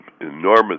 enormous